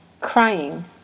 crying